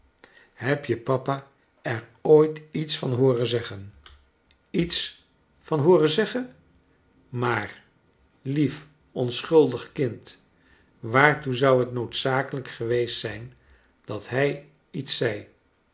heb je papa er ooit iets van hooren zeggen iets van hooren zeggen maar lief onschuldig kind waartoe zou het noodzakelijk geweest zijn dat hij iets zei